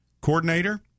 coordinator